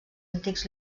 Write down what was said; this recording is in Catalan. antics